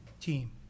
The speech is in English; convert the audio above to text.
team